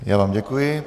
Já vám děkuji.